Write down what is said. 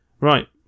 Right